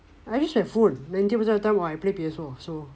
I use handphone ninety percent of the time or I play P_S four so